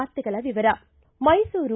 ವಾರ್ತೆಗಳ ವಿವರ ಮೈಸೂರು